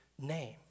name